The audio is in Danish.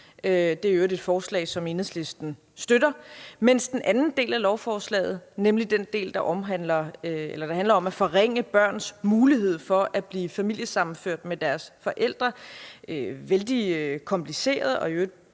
Det er i øvrigt et forslag, som Enhedslisten støtter. Den anden del af lovforslaget, nemlig den del, der handler om at forringe børns mulighed for at blive familiesammenført med deres forældre, er vældig kompliceret og bestemt